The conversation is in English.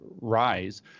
rise